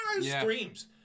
screams